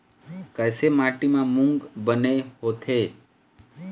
कइसे माटी म मूंग बने होथे?